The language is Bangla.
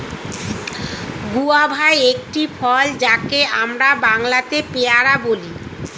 গুয়াভা একটি ফল যাকে আমরা বাংলাতে পেয়ারা বলি